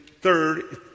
third